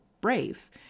brave